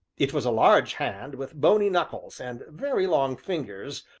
it was a large hand with bony knuckles, and very long fingers,